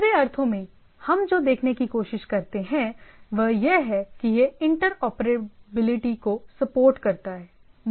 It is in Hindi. दूसरे अर्थों में हम जो देखने की कोशिश करते हैं वह यह है कि यह इंटरऑपरेबिलिटी को सपोर्ट करता है